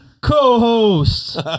co-host